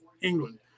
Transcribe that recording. England